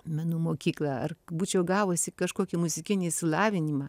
menų mokyklą ar būčiau gavusi kažkokį muzikinį išsilavinimą